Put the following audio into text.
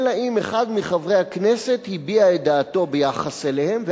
אלא אם כן אחד מחברי הכנסת הביע את דעתו ביחס אליהם,